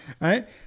right